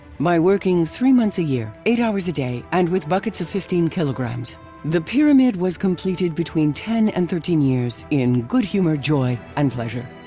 by working three months a year, eight hours a day and with buckets of fifteen kilograms the pyramid was completed between ten and thirteen years in good humor, joy and pleasure.